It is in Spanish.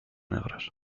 negros